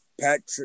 Patrick